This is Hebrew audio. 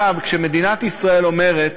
כשמדינת ישראל אומרת,